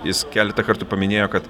jis keletą kartų paminėjo kad